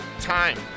time